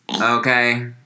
Okay